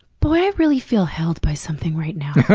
boy, i really feel held by something right now.